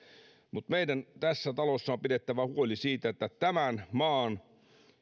meidän tässä talossa on pidettävä huoli siitä että tämän maan